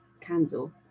candle